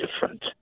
different